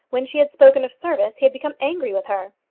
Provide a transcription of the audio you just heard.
when she had spoken of service, he had become angry with her.